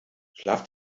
schlaf